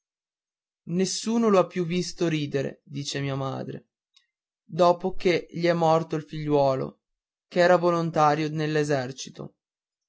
triste nessuno l'ha più visto ridere dice mia madre dopo che gli è morto il figliuolo ch'era volontario